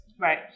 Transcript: Right